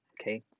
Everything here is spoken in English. okay